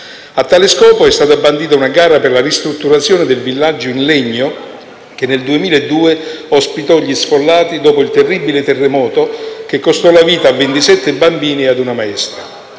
A tale scopo, è stata bandita una gara per la ristrutturazione del villaggio in legno che, nel 2002, ospitò gli sfollati dopo il terribile terremoto che costò la vita a 27 bambini e a una maestra.